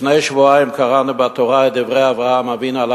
לפני שבועיים קראנו בתורה את דברי אברהם אבינו,